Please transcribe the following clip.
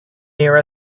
near